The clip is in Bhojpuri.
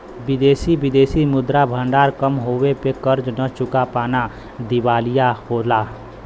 विदेशी विदेशी मुद्रा भंडार कम होये पे कर्ज न चुका पाना दिवालिया होला